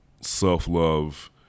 self-love